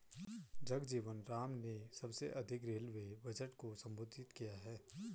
जगजीवन राम ने सबसे अधिक रेलवे बजट को संबोधित किया है